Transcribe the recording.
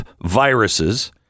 viruses